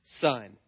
son